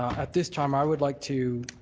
at this time, i would like to